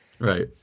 right